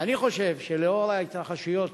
אני חושב שלאור ההתרחשויות